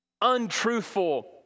untruthful